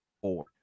four